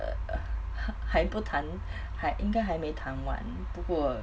err err 还不谈还应该还没谈完不过